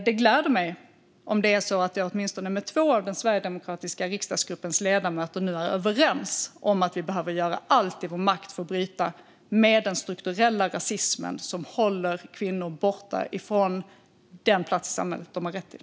Det gläder mig om det är så att jag åtminstone med två av den sverigedemokratiska riksdagsgruppens ledamöter nu är överens om att vi behöver göra allt som står i vår makt för att bryta med den strukturella rasismen, som håller kvinnor borta från den plats i samhället de har rätt till.